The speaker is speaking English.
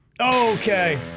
Okay